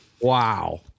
Wow